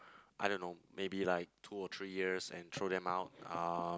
I don't know maybe like two or three years and throw them out uh